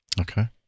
Okay